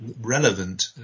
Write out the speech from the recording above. relevant